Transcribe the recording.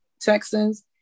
Texans